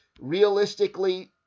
realistically